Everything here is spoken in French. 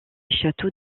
châteaux